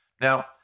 Now